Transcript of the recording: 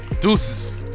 deuces